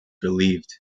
relieved